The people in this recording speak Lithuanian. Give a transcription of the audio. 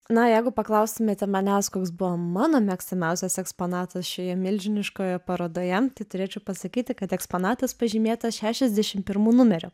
na o jeigu paklaustumėte manęs koks buvo mano mėgstamiausias eksponatas šioje milžiniškoje parodoje tai turėčiau pasakyti kad eksponatas pažymėtas šešiasdešimt pirmu numeriu